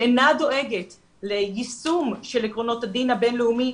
שאינה דואגת ליישום של עקרונות הדין הבין-לאומי,